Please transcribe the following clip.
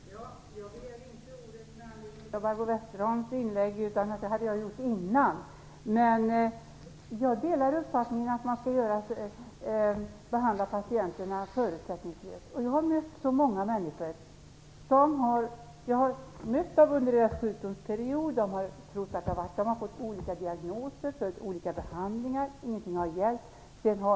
Herr talman! Jag begärde inte ordet med anledning av Barbro Westerholms inlägg, utan det hade jag gjort innan. Jag delar uppfattningen att man skall behandla patienterna förutsättningslöst. Jag har mött så många människor under deras sjukdomsperioder, som har fått olika diagnoser och olika behandlingar, men ingenting har hjälpt.